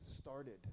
started